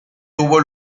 tuvo